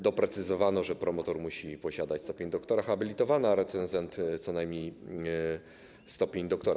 Doprecyzowano, że promotor musi posiadać stopień doktora habilitowanego, a recenzent co najmniej stopień doktora.